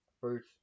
first